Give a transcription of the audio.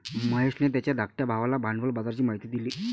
महेशने त्याच्या धाकट्या भावाला भांडवल बाजाराची माहिती दिली